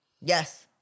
Yes